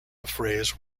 phrase